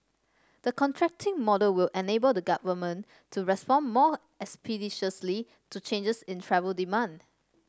the contracting model will enable the Government to respond more expeditiously to changes in travel demand